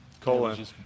colon